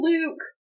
Luke